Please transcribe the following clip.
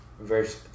verse